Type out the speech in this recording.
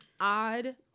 odd